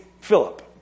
Philip